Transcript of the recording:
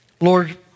Lord